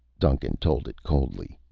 duncan told it coldly.